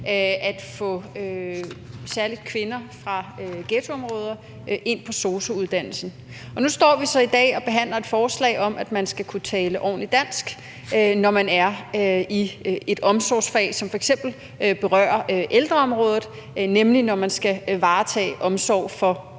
at få særligt kvinder fra ghettoområder ind på sosu-uddannelsen. Og nu står vi så i dag og behandler et forslag om, at man skal kunne tale ordentligt dansk, når man er i et omsorgsfag, som f.eks. berører ældreområdet, nemlig når man skal varetage omsorg for ældre